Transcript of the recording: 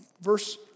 Verse